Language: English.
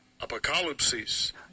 Apocalypse